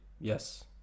yes